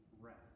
rest